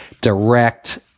direct